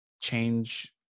change